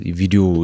video